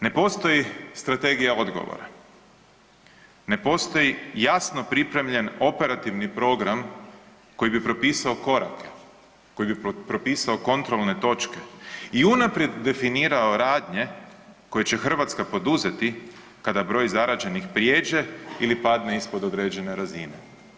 Ne postoji strategije odgovora, ne postoji jasno pripremljen operativni program koji bi propisao korake, koji bi propisao kontrolne točke i unaprijed definirao radnje koje će Hrvatska poduzeti kada broj zaraženih prijeđe ili padne ispod određene razine.